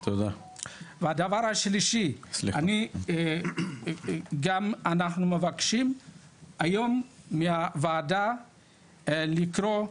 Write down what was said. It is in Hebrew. הדבר השלישי, גם אנחנו מבקשים היום מהוועדה לקרוא,